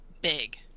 big